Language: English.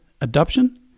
adoption